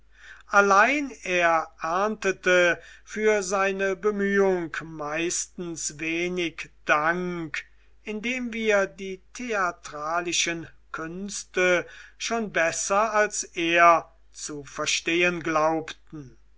er erntete für seine bemühung meistens wenig dank indem wir die theatralischen künste schon besser als er zu verstehen glaubten